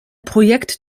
projekt